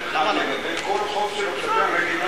חל לגבי כל חוב שלו כלפי המדינה.